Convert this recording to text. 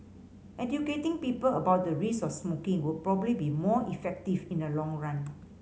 educating people about the risks of smoking would probably be more effective in the long run